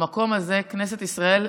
המקום הזה, כנסת ישראל,